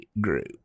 Group